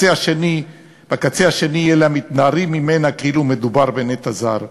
ובקצה השני אלה המתנערים ממנה כאילו מדובר בנטע זר.